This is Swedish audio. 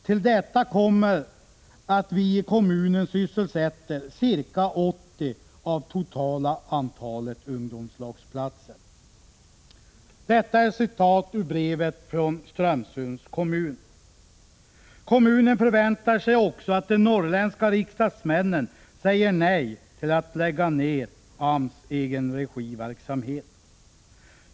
Till detta kommer att vi i kommunen sysselsätter ca 80 av totala antalet ungdomslagsplatser.” Det här var alltså citat ur brevet från Strömsunds kommun. Kommunen förväntar sig också att de norrländska riksdagsmännen säger nej till en nedläggning av AMS egenregiverksamhet.